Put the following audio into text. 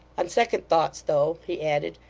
on second thoughts though he added,